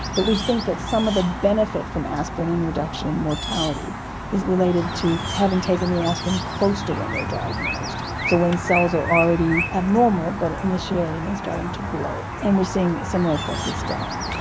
but we think that some of the benefit from aspirin in reduction in mortality is related to to having taken the aspirin close to when they are diagnosed, so when cells are already abnormal but initiating and starting to grow. and we are seeing similar effects with statins.